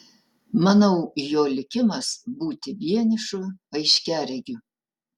manau jo likimas būti vienišu aiškiaregiu